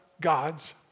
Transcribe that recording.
God's